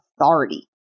authority